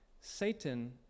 Satan